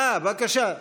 אה, בבקשה.